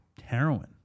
heroin